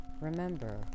Remember